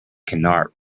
cannot